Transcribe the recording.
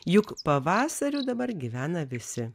juk pavasariu dabar gyvena visi